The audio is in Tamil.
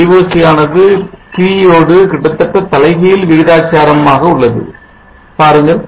Voc ஆனது T யோடு கிட்டத்தட்ட தலைகீழ் விகிதாச்சாரம் ஆக உள்ளது பாருங்கள்